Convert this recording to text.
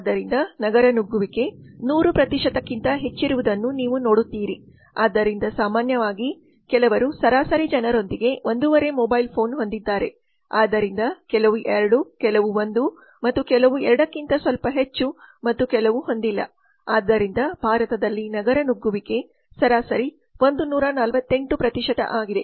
ಆದ್ದರಿಂದ ನಗರ ನುಗ್ಗುವಿಕೆ 100 ಕ್ಕಿಂತ ಹೆಚ್ಚಿರುವುದನ್ನು ನೀವು ನೋಡುತ್ತೀರಿ ಆದ್ದರಿಂದ ಸಾಮಾನ್ಯವಾಗಿ ಕೆಲವರು ಸರಾಸರಿ ಜನರೊಂದಿಗೆ ಒಂದೂವರೆ ಮೊಬೈಲ್ ಫೋನ್ ಹೊಂದಿದ್ದಾರೆ ಆದ್ದರಿಂದ ಕೆಲವು 2 ಕೆಲವು 1 ಮತ್ತು ಕೆಲವು 2 ಕ್ಕಿಂತ ಸ್ವಲ್ಪ ಹೆಚ್ಚು ಮತ್ತು ಕೆಲವು ಹೊಂದಿಲ್ಲ ಆದ್ದರಿಂದ ಭಾರತದಲ್ಲಿ ನಗರ ನುಗ್ಗುವಿಕೆ ಸರಾಸರಿ 148 ಆಗಿದೆ